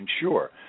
sure